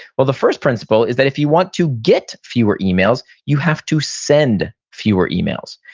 well, the first principle is that if you want to get fewer emails you have to send fewer emails.